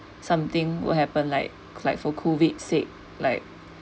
something will happen like like for COVID said like